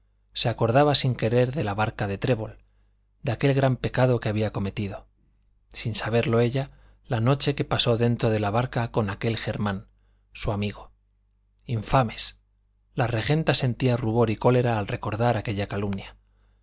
se acordaba sin querer de la barca de trébol de aquel gran pecado que había cometido sin saberlo ella la noche que pasó dentro de la barca con aquel germán su amigo infames la regenta sentía rubor y cólera al recordar aquella calumnia